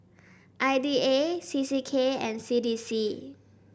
I D A C C K and C D C